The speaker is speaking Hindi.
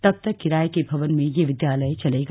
तब तक किराये के भवन में यह विद्यालय चलेगा